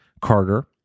carter